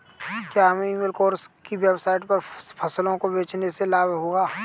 क्या हमें e commerce की वेबसाइट पर फसलों को बेचने से लाभ होगा?